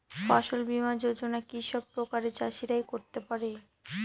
ফসল বীমা যোজনা কি সব প্রকারের চাষীরাই করতে পরে?